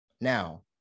Now